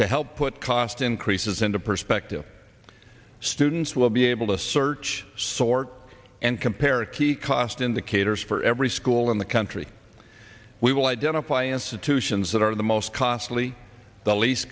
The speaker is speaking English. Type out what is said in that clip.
to help put cost increases into perspective students will be able to search sort and compare to the cost in the caters for every school in the country we will identify institutions that are the most costly